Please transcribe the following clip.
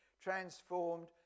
transformed